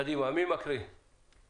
קדימה, מי מקריא את